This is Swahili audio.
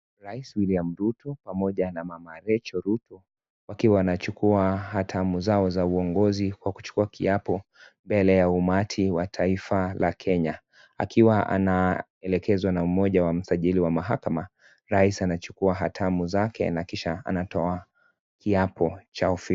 Rais William Ruto pamoja na mama Rachel Ruto wakiwa wanachukuwa hatamu zao za uongozi wakichukuwa kiapo mbele ya umati wa taifa la Kenya akiwa anaelekezwa na mmoja wa msajili wa mahakama, rais anachukua hatamu zake na kisha anatoa kiapo cha ofisi.